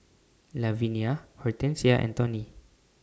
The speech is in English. Lavinia Hortensia and Tawny